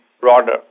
broader